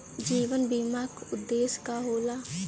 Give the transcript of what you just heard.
जीवन बीमा का उदेस्य का होला?